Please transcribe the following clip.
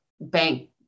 bank